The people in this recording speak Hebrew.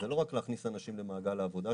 זה לא רק להכניס אנשים למעגל העבודה,